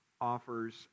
offers